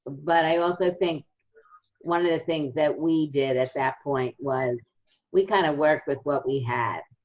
but i also think one of the things that we did at that point was we kind of worked with what we had.